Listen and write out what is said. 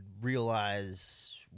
realize